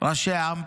ראשי עם".